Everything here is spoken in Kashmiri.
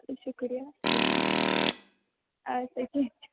اَدٕ حظ شُکُریہِ اَدٕ سا کیٚنٛہہ چھُنہٕ